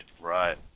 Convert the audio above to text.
Right